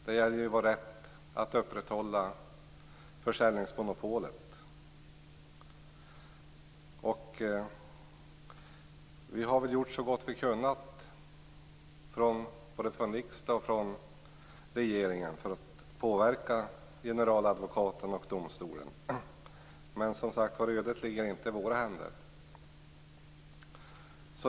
Det gäller vår rätt att upprätthålla försäljningsmonopolet. Vi har väl gjort så gott vi har kunnat, både i riksdag och regering, för att påverka generaladvokaten och domstolen. Men ödet ligger som sagt inte i våra händer.